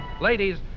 Ladies